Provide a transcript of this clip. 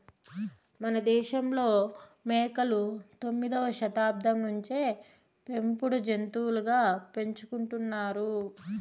మనదేశంలో మేకలు తొమ్మిదవ శతాబ్దం నుంచే పెంపుడు జంతులుగా పెంచుకుంటున్నారు